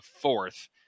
fourth